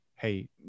hey